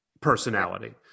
personality